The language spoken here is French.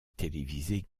télévisée